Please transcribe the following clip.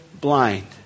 blind